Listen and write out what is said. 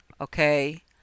okay